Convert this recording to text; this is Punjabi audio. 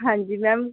ਹਾਂਜੀ ਮੈਮ